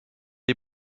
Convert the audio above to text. est